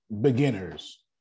beginners